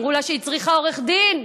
אמרו לה שהיא צריכה עורך דין.